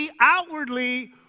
outwardly